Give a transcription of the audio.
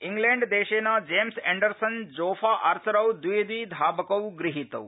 इंग्लैण्डदेशेन James Anderson Jofra आर्चरौ द्वि द्वि धावकौ गृहीतौ